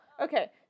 okay